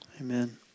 Amen